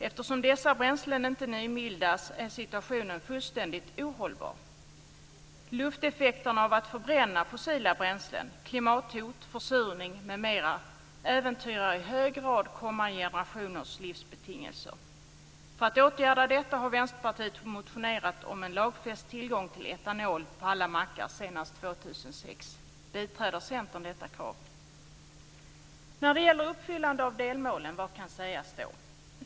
Eftersom dessa bränslen inte nybildas är situationen fullständigt ohållbar. Lufteffekterna av att förbränna fossila bränslen - klimathot, försurning, m.m. - äventyrar i hög grad kommande generationers livsbetingelser. För att åtgärda detta har Vänsterpartiet motionerat om en lagfäst tillgång till etanol på alla mackar senast år 2006. Biträder Centerpartiet detta krav? Vad kan sägas om uppfyllandet av delmålen?